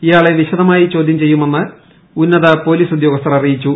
ഇയാളെ വിശദമായി ചോദ്യം ചെയ്യുമെന്ന് ഉന്നത പൊലീസ് ഉദ്യോഗസ്ഥർ അറിയിച്ചു